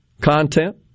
content